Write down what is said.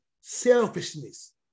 selfishness